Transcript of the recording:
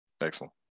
Excellent